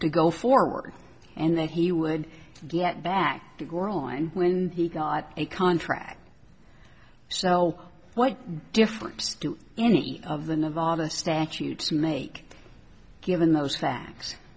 to go forward and that he would get back to growing when he got a contract so what difference do any of the nevada statutes make given those facts